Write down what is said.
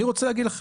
אני רוצה להגיד לך,